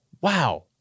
Wow